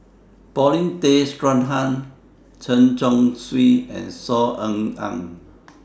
Paulin Tay Straughan Chen Chong Swee and Saw Ean Ang